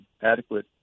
adequate